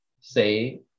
say